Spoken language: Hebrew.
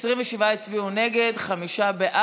סונדוס סאלח, בעד,